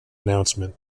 announcement